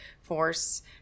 force